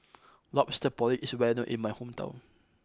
Lobster Porridge is well known in my hometown